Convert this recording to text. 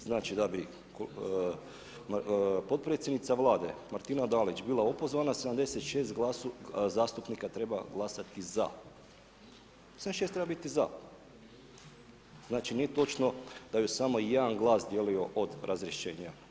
Znači da bi potpredsjednica Vlade Martina Dalić bila opozvana 76 zastupnika treba glasati za, 76 treba biti za, znači nije točno da ju je samo 1 glas dijelio od razrješenja.